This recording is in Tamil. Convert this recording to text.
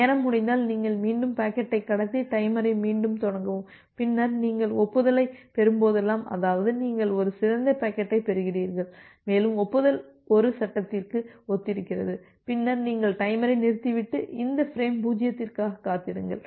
நேரம் முடிந்தால் நீங்கள் மீண்டும் பாக்கெட்டை கடத்தி டைமரை மீண்டும் தொடங்கவும் பின்னர் நீங்கள் ஒப்புதலைப் பெறும்போதெல்லாம் அதாவது நீங்கள் ஒரு சிதைந்த பாக்கெட்டைப் பெறுகிறீர்கள் மேலும் ஒப்புதல் 1 சட்டத்திற்கு ஒத்திருக்கிறது பின்னர் நீங்கள் டைமரை நிறுத்திவிட்டு இந்த ஃபிரேம் 0க்காக காத்திருங்கள்